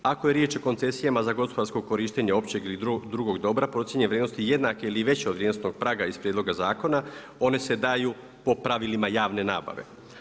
Ako je riječ o koncesijama za gospodarsko korištenje općeg ili drugog dobra procijenjene vrijednosti jednake ili veće od vrijednosnog praga iz prijedloga zakona ona se daju po pravilima javne nabave.